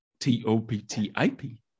T-O-P-T-I-P